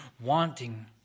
wanting